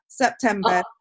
September